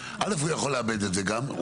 א' הוא יכול לאבד את זה גם.